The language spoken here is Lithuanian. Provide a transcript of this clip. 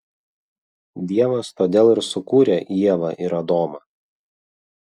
dievas todėl ir sukūrė ievą ir adomą